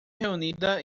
reunida